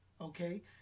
Okay